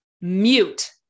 Mute